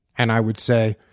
and i would say,